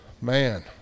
man